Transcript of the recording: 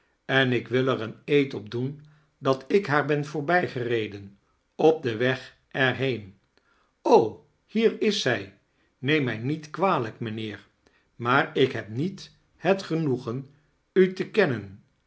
en ik wil er een eed op doen dat ik haar ben voorbijgereden op den weg er heen o hier is zij neem mij niet kwalijk mijnheer maar ik heb niet het genoegen u te kennen